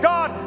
God